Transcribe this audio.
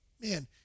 Man